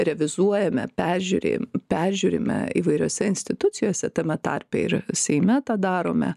revizuojame peržiūri peržiūrime įvairiose institucijose tame tarpe ir seime tą darome